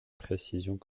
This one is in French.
précisions